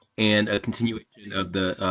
and continuation of the